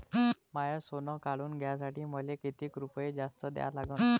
माय सोनं काढून घ्यासाठी मले कितीक रुपये जास्त द्या लागन?